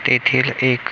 तेथील एक